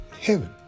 Heaven